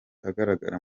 agaragara